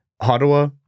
Ottawa